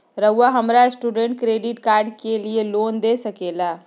रहुआ हमरा student credit card के लिए लोन दे सके ला?